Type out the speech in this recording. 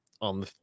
on